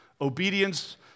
obedience